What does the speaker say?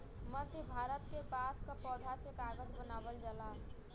मध्य भारत के बांस क पौधा से कागज बनावल जाला